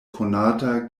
konata